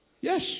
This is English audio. Yes